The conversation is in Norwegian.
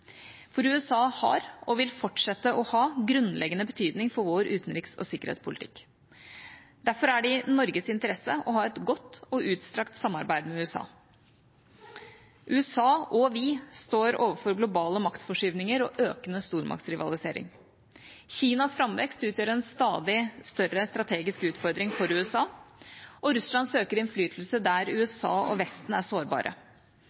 For USA har, og vil fortsette å ha, grunnleggende betydning for vår utenriks- og sikkerhetspolitikk. Derfor er det i Norges interesse å ha et godt og utstrakt samarbeid med USA. USA – og vi – står overfor globale maktforskyvninger og økende stormaktsrivalisering. Kinas framvekst utgjør en stadig større strategisk utfordring for USA, og Russland søker innflytelse der USA og Vesten er sårbare.